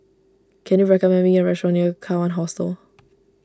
can you recommend me a restaurant near Kawan Hostel